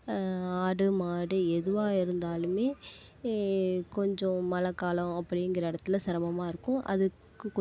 ஆடு மாடு எதுவாக இருந்தாலுமே கொஞ்சம் மழைக்காலம் அப்படிங்கிற இடத்துல சிரமமா இருக்கும் அது